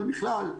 אבל בכלל.